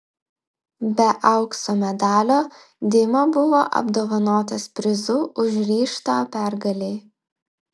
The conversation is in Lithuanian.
be aukso medalio dima buvo apdovanotas prizu už ryžtą pergalei